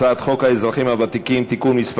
הצעת חוק האזרחים הוותיקים (תיקון מס'